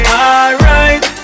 alright